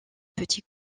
petits